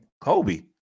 Kobe